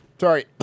sorry